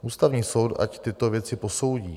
Ústavní soud ať tyto věci posoudí.